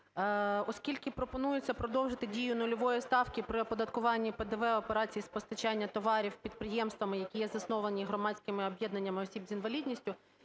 оскільки пропонується продовжити дію нульової ставки при оподаткуванні ПДВ операцій з постачання товарів підприємствами, які є засновані громадськими об'єднаннями осіб з інвалідністю,